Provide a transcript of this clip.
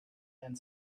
and